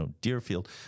Deerfield